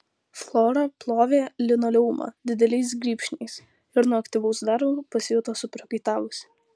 flora plovė linoleumą dideliais grybšniais ir nuo aktyvaus darbo pasijuto suprakaitavusi